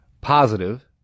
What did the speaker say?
positive